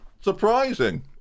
Surprising